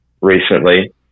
recently